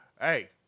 Hey